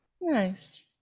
Nice